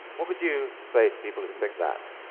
what would you say to people who think that?